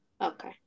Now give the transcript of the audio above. Okay